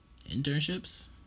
Internships